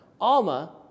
Alma